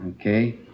Okay